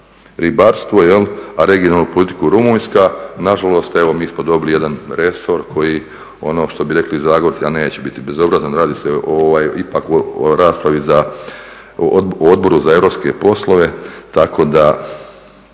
ribarstvo, a regionalnu politiku Rumunjska, nažalost evo, mi smo dobili jedan resor koji, ono što bi rekli Zagorci, a neću biti bezobrazan, radi se ipak o raspravi za Odbor za europske poslove, tako da,